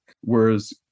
Whereas